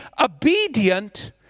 obedient